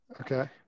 Okay